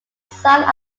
south